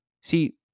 See